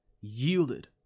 yielded